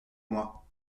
moi